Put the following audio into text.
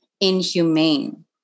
inhumane